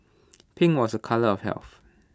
pink was the colour of health